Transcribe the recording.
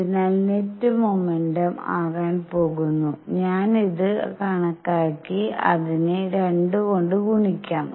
അതിനാൽ net momentum ആകാൻ പോകുന്നു ഞാൻ ഇത് കണക്കാക്കി അതിനെ 2 കൊണ്ട് ഗുണിക്കും